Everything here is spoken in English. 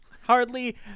hardly